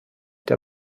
der